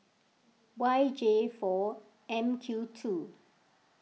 Y J four M Q two